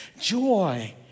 Joy